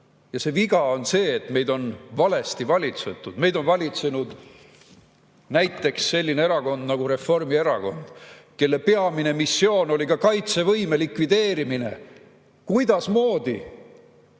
Ja see viga on see, et meid on valesti valitsetud. Meid on valitsenud näiteks selline erakond nagu Reformierakond, kelle peamine missioon oli kaitsevõime likvideerimine. Kuidasmoodi?!